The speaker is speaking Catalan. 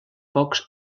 pocs